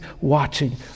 watching